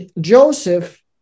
Joseph